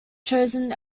chosen